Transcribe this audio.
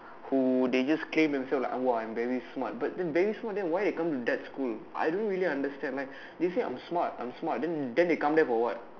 who they just claim themselves like !wah! I am very smart to be smart but then very smart then why they come to that school I don't really understand like they say I'm smart I'm smart then they come there for what